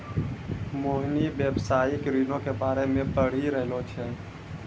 मोहिनी व्यवसायिक ऋणो के बारे मे पढ़ि रहलो छै